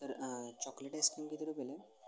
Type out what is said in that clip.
तर chocolate ice cream किती रुपयाला आहे